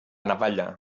navalla